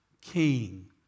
king